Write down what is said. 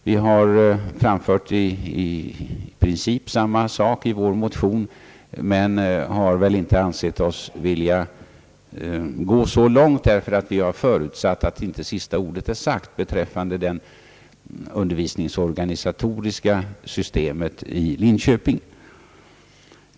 Vi har framfört den i princip i vår motion men har inte ansett oss vilja gå så långt, ty vi har förutsatt att sista ordet ännu inte är sagt beträffande det undervisningsorganisatoriska systemet i Linköping.